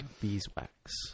beeswax